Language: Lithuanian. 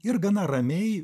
ir gana ramiai